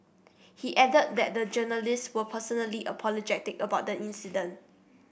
he added that the journalists were personally apologetic about the incident